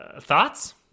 Thoughts